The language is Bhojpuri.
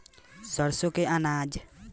सरसो के अनाज फायदा करेला का करी?